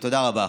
תודה רבה.